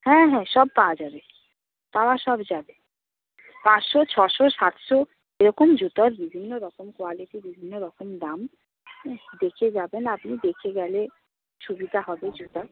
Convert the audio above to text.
হ্যাঁ হ্যাঁ সব পাওয়া যাবে পাওয়া সব যাবে পাঁচশো ছশো সাতশো এরকম জুতোর বিভিন্ন রকম কোয়ালিটি বিভিন্ন রকম দাম দেখে যাবেন আপনি দেখে গেলে সুবিধা হবে জুতো